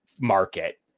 market